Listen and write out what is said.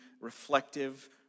reflective